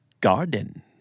Garden